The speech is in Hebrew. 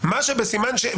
זה לא בסימן שאלה,